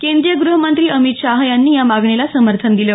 केंद्रीय ग्रहमंत्री अमित शहा यांनी या मागणीला समर्थन दिलं